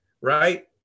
right